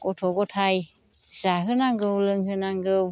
गथ' गथाइ जाहोनांगौ लोंहोनांगौ